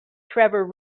trevor